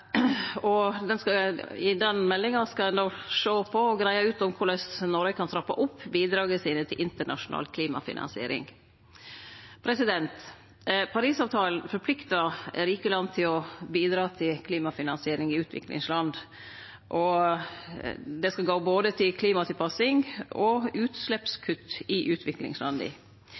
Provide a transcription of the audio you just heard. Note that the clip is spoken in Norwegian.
I meldinga skal ein sjå på og greie ut om korleis Noreg kan trappe opp bidraga sine til internasjonal klimafinansiering. Parisavtalen forpliktar rike land til å bidra til klimafinansiering i utviklingsland. Det skal gå til både klimatilpassing og utsleppskutt i